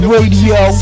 Radio